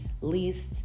least